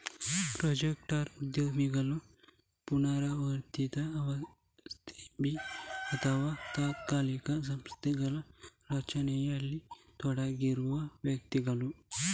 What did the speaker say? project ಉದ್ಯಮಿಗಳು ಪುನರಾವರ್ತಿತ assembly ಅಥವಾ ತಾತ್ಕಾಲಿಕ ಸಂಸ್ಥೆಗಳ ರಚನೆಯಲ್ಲಿ ತೊಡಗಿರುವ ವ್ಯಕ್ತಿಗಳು